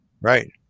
Right